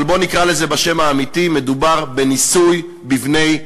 אבל בואו נקרא לזה בשם האמיתי: מדובר בניסוי בבני-אדם.